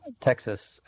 Texas